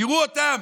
תראו אותם: